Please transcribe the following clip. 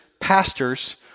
pastors